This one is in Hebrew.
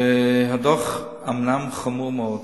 הדוח אומנם חמור מאוד,